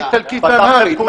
איטלקית ואמהרית.